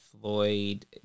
Floyd